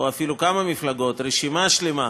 או אפילו כמה מפלגות, רשימה שלמה,